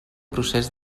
procés